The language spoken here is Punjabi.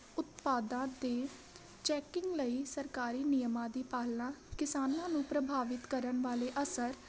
ਉਤਪਾਦਾਂ ਦੀ ਚੈਕਿੰਗ ਲਈ ਸਰਕਾਰੀ ਨਿਯਮਾਂ ਦੀ ਪਾਲਣਾ ਕਿਸਾਨਾਂ ਨੂੰ ਪ੍ਰਭਾਵਿਤ ਕਰਨ ਵਾਲੇ ਅਸਰ